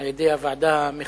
על-ידי הוועדה המחוזית,